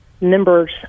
members